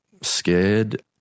scared